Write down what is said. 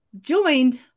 joined